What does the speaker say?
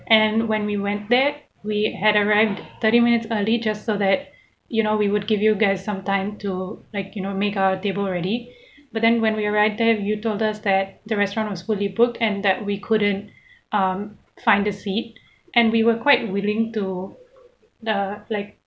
and when we went there we had arrived thirty minutes early just so that you know we would give you guys some time to like you know make our table ready but then when we arrived there you told us that the restaurant was fully booked and that we couldn't um find a seat and we were quite willing to the like